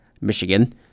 Michigan